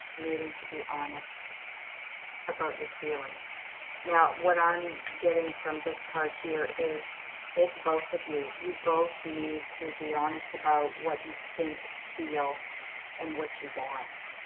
needing to be honest about your feelings now what i'm getting from? this card here is it's both of you you both need to be honest about what you think feel and what you want?